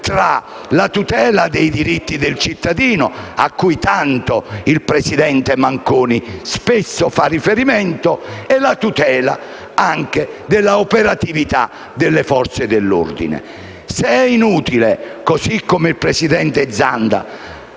tra la tutela dei diritti del cittadino, a cui tanto il presidente Manconi fa spesso riferimento, e la tutela dell'operatività delle Forze dell'ordine. Se ciò è inutile, così come dice il presidente Zanda,